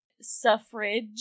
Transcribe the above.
suffrage